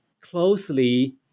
closely